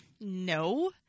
No